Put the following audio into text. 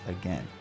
again